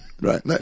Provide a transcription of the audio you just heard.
Right